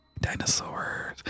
dinosaurs